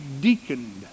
deaconed